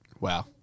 Wow